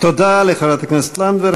תודה לחברת הכנסת לנדבר.